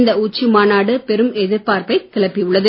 இந்த உச்சிமாநாடு பெரும் எதிர்பார்ப்பை கிளப்பி உள்ளது